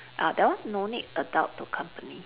uh that one no need adult to company